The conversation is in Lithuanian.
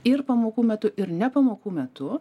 ir pamokų metu ir ne pamokų metu